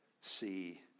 see